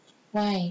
why